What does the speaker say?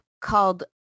called